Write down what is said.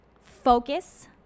focus